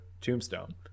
tombstone